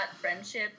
friendship